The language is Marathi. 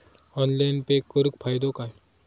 ऑनलाइन पे करुन फायदो काय?